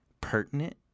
pertinent